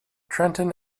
trenton